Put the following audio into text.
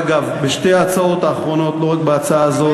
ואגב, בשתי ההצעות האחרונות, ולא רק בהצעה הזאת.